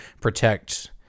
protect